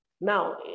Now